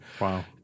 Wow